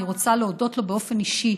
אני רוצה להודות לו באופן אישי,